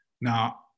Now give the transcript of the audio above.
Now